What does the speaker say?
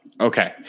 Okay